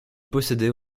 possédaient